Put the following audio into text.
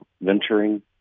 Venturing